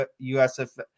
USF